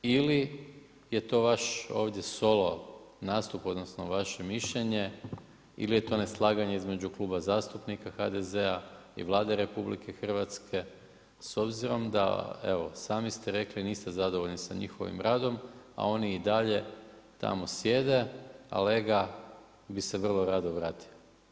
Ili je to vaš ovdje solo nastup, odnosno, vaše mišljenje, ili je to neslaganje između Kluba zastupnika HDZ-a i Vlade RH, s obzirom da evo, sami ste rekli, niste zadovoljni s njihovim radom, a oni i dalje tamo sjede, a lega bi se vrlo rado vratio.